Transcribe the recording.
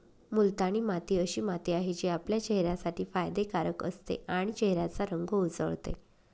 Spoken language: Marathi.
मुलतानी माती अशी माती आहे, जी आपल्या चेहऱ्यासाठी फायदे कारक असते आणि चेहऱ्याचा रंग उजळते